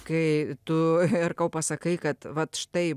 kai tu herkau pasakai kad vat štai